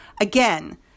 Again